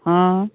ᱦᱮᱸ